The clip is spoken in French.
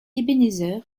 ebenezer